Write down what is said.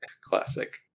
Classic